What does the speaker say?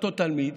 אותו תלמיד,